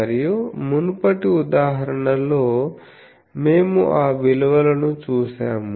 మరియు మునుపటి ఉదాహరణలో మేము ఆ విలువలను చూశాము